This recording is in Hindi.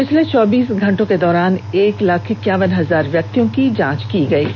पिछले चौबीस घंटे के दौरान एक लाख इक्यावन हजार व्यक्तियों की जांच की गई है